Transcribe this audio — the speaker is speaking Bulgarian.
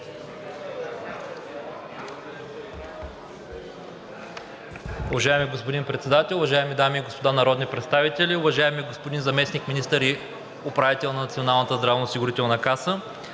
Уважаеми господин Председател, уважаеми дами и господа народни представители, уважаеми господин Заместник-министър и господин Управител на Националната здравноосигурителна каса!